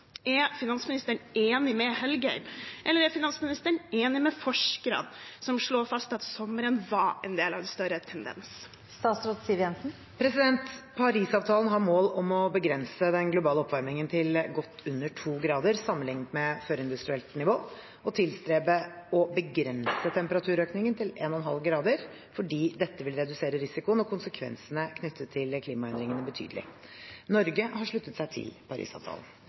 Er statsråden enig med Helgheim, eller er statsråden enig med forskerne som slår fast at sommeren var en del av en større tendens?» Parisavtalen har mål om å begrense den globale oppvarmingen til godt under 2 grader sammenlignet med førindustrielt nivå og tilstrebe å begrense temperaturøkningen til 1,5 grader, fordi dette vil redusere risikoen og konsekvensene knyttet til klimaendringene betydelig. Norge har sluttet seg til Parisavtalen.